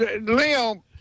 Leo